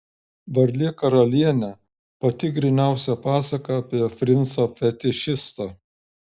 varlė karalienė pati gryniausia pasaka apie princą fetišistą